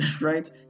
right